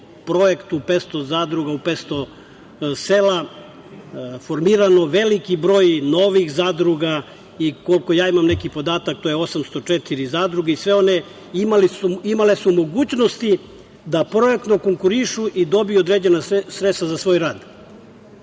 projektu „500 zadruga u 500 sela“, formiran veliki broj novih zadruga i to je, koliko imam nekih podataka, 804 zadruge. Sve one imale su mogućnosti da projektno konkurišu i dobiju određena sredstva za svoja rad.